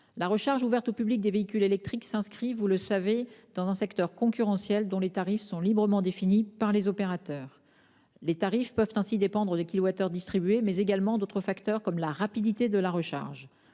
La recharge ouverte au public des véhicules électriques relève du secteur concurrentiel, dont les tarifs sont librement définis par les opérateurs. Ces tarifs peuvent dépendre des kilowattheures distribués, mais également d'autres facteurs, notamment la rapidité de la recharge.